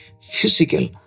physical